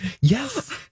Yes